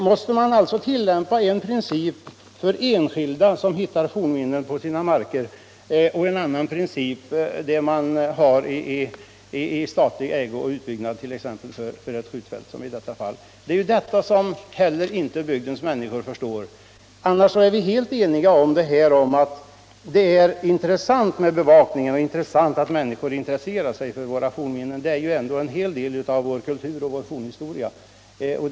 Måste man tillämpa en princip för enskilda som hittar fornminnen på sina marker och en annan princip när det gäller t.ex. utbyggnad av ett skjutfält? Detta förstår inte heller bygdens människor. Annars är vi helt eniga om att det är intressant med bevakningen och bra att människor är intresserade av våra fornminnen. Det är ändå vår kultur och vår fornhistoria det gäller.